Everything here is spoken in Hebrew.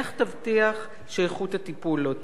איך תבטיח שאיכות הטיפול לא תיפגע,